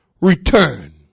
Return